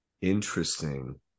Interesting